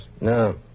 No